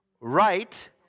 Right